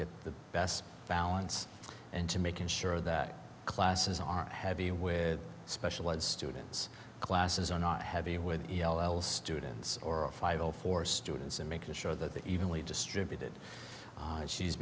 get the best balance and to making sure that classes are heavy with special ed students classes are not heavy with l l students or a five zero for students and making sure that the evenly distributed she's